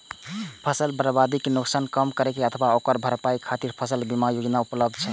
फसल बर्बादी के नुकसान कम करै अथवा ओकर भरपाई खातिर फसल बीमा योजना उपलब्ध छै